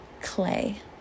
clay